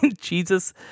Jesus